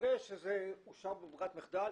במקרה שזה אושר בברירת מחדל,